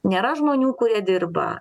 nėra žmonių kurie dirba